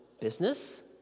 business